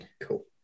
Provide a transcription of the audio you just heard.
Cool